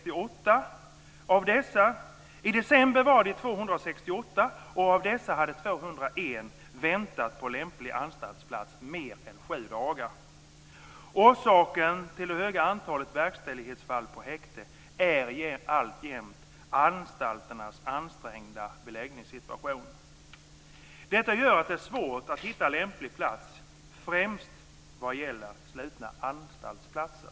I december var de 268 och av dessa hade 201 väntat på lämplig anstaltsplats mer än sju dagar. Orsaken till det höga antalet verkställighetsfall på häkte är alltjämt anstalternas ansträngda beläggningssituation. Detta gör att det är svårt att hitta lämplig plats, främst vad gäller slutna anstaltsplatser."